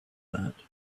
that